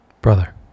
Brother